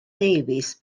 davies